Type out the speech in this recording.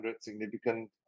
significant